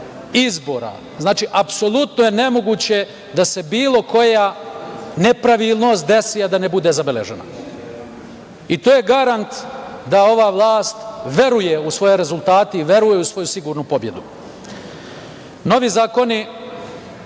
izbora. Znači, apsolutno je nemoguće da se bilo koja nepravilnost desi, a da ne bude zabeležena i to je garant da ova vlast veruje u svoje rezultate i veruje u svoju sigurnu pobedu. Novi zakoni,